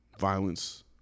Violence